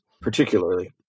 Particularly